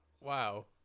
wow